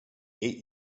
eight